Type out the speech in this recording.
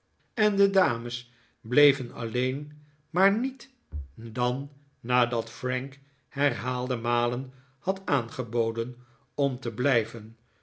en de dames bleven alleen maar niet dan nadat frank herhaalde malen had aangeboden om te blijven